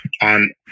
on